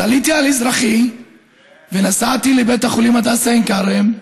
אז עליתי על אזרחי ונסעתי לבית החולים הדסה עין כרם.